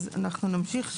אז נמשיך.